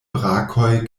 brakoj